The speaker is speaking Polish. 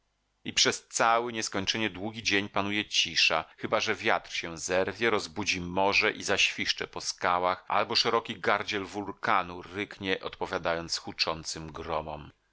i przez cały nieskończenie długi dzień panuje cisza chyba że wiatr się zerwie rozbudzi morze i zaświszcze po skałach albo szeroki gardziel wulkanu ryknie odpowiadając huczącym